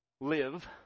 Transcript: live